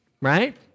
right